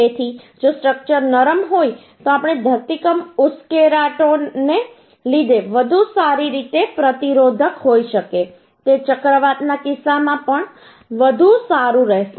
તેથી જો સ્ટ્રક્ચર નરમ હોય તો આપણે ધરતીકંપ ઉશ્કેરાટને લીધે વધુ સારી રીતે પ્રતિરોધક હોઈ શકે તે ચક્રવાતના કિસ્સામાં પણ વધુ સારું રહેશે